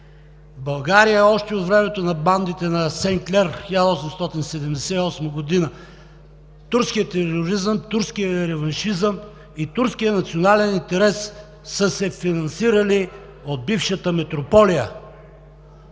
България още от времето на бандите на Сенклер, 1878 г., турският тероризъм, турският реваншизъм и турският национален интерес са се финансирали от бившата митрополия.